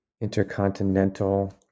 intercontinental